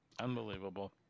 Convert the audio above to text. Unbelievable